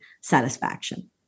satisfaction